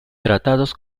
tratados